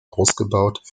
ausgebaut